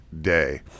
day